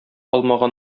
алмаган